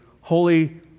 Holy